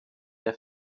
der